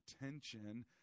attention